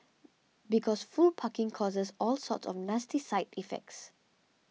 because full parking causes all sorts of nasty side effects